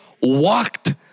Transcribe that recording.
walked